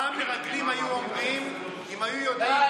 מה המרגלים היו אומרים אם היו יודעים